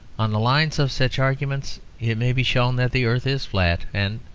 on the lines of such arguments it may be shown that the earth is flat, and,